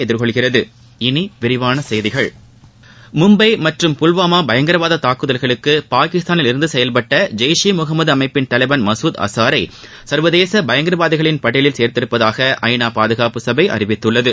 எதிர்கொள்கிறது இனி விரிவான செய்திகள் மும்பை மற்றும் புல்வாமா பயங்கரவாத தாக்குதல்களுக்கு பாகிஸ்தானில் இருந்து செயல்பட்ட ஜெய்ஷ் இ முகமது அமைப்பின் தலைவன் மசூத் அசாரை சர்வதேச பயங்கரவாதிகள் பட்டியலில் சேர்த்துள்ளதாக ஐ நா பாதுகாப்பு சபை அறிவித்துள்ளது